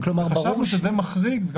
חשבנו שזה מחריג את החקיקה המובהקת